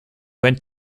went